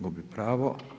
Gubi pravo.